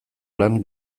lan